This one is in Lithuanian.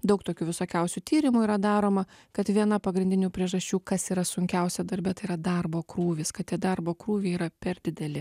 daug tokių visokiausių tyrimų yra daroma kad viena pagrindinių priežasčių kas yra sunkiausia darbe tai yra darbo krūvis kad tie darbo krūviai yra per dideli